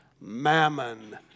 Mammon